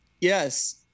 Yes